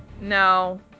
No